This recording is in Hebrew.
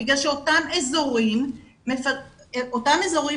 מכיוון שאותם אזורים מוחיים,